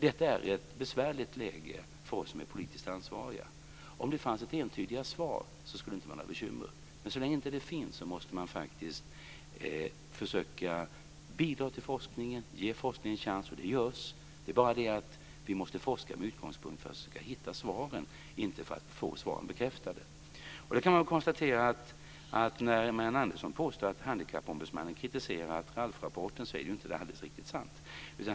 Detta är ett besvärligt läge för oss som är politiskt ansvariga. Om det fanns entydiga svar skulle det inte vara några bekymmer, men så länge det inte finns måste man faktiskt försöka bidra till forskningen och ge forskningen en chans, och det görs. Det är bara det att vi måste forska med utgångspunkten att vi ska försöka hitta svaren, inte för att få svaren bekräftade. Då kan jag konstatera att när Marianne Andersson påstår att handikappombudsmannen kritiserat RALF rapporten är ju inte det riktigt sant.